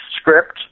script